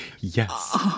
yes